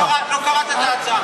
לא קראת את ההצעה.